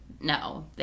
no